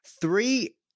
Three